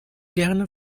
gerne